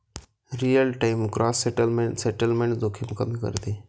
real time gross settlement settlement जोखीम कमी करते